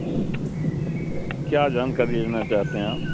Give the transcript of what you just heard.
کیا جانکاری لینا چاہتے ہیں آپ